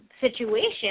situation